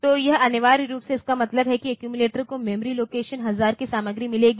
तो यह अनिवार्य रूप से इसका मतलब है कि एक्यूमिलेटर को मेमोरी लोकेशन 1000 की सामग्री मिलेगी